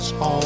home